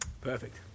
perfect